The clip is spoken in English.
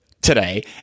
today